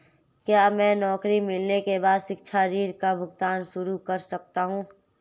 क्या मैं नौकरी मिलने के बाद शिक्षा ऋण का भुगतान शुरू कर सकता हूँ?